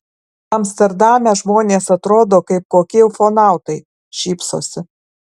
amsterdame žmonės atrodo kaip kokie ufonautai šypsosi